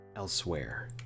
elsewhere